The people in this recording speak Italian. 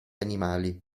animali